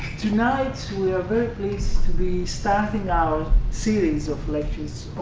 tonight we are very pleased to be starting our series of lectures